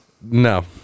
No